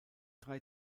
drei